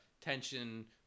tension